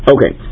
Okay